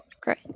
Great